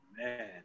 man